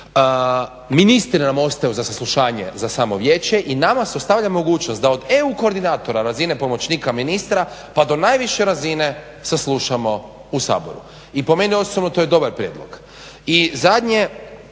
Ministri nam ostaju za saslušanje za samo vijeće i nama se ostavlja mogućnost da od eu koordinatora razine pomoćnika ministra pa do najviše razine saslušamo u Saboru. I po meni osobno to je dobar prijedlog. I zadnje